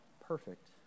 perfect